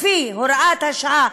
לפי הוראת השעה,